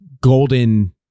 golden